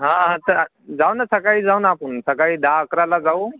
हां हां तर जाऊ ना सकाळी जाऊना आपण सकाळी दहा अकराला जाऊ